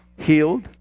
healed